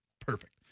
Perfect